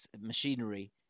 machinery